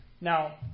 Now